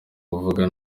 muvuga